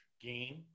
game